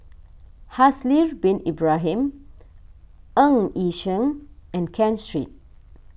Haslir Bin Ibrahim Ng Yi Sheng and Ken Street